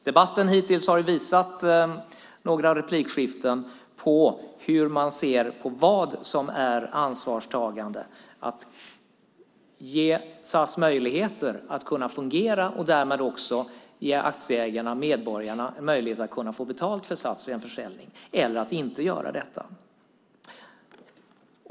Debatten hittills har i några replikskiften visat på hur man ser på vad som är ansvarstagande, att ge SAS möjligheter att fungera och därmed ge aktieägarna, medborgarna, möjlighet att få betalt för SAS vid en försäljning eller att inte göra detta.